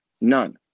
None